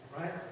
right